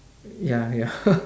ya ya